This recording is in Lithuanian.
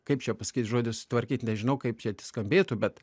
kaip čia pasakyt žodis sutvarkyt nežinau kaip čia skambėtų bet